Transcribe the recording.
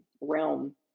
realm